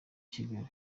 kigali